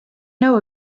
know